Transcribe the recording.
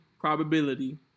probability